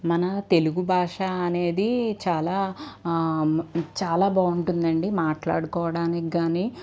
మన తెలుగు భాష అనేది చాలా చాలా బాగుంటుందండి మాట్లాడుకోవడానికి కాని